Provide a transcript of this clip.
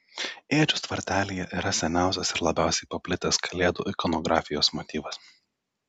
ėdžios tvartelyje yra seniausias ir labiausiai paplitęs kalėdų ikonografijos motyvas